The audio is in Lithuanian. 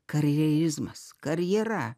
karjerizmas karjera